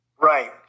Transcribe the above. Right